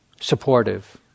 supportive